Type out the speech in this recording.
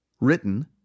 written